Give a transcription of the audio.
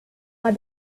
but